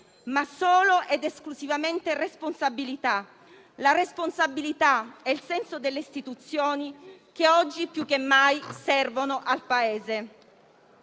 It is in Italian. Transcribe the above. solo ed esclusivamente la responsabilità e il senso delle istituzioni che oggi più che mai servono al Paese.